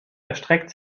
erstreckt